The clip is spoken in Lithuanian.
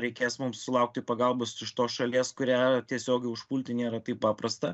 reikės mums sulaukti pagalbos iš tos šalies kurią tiesiogiai užpulti nėra taip paprasta